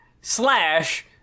Slash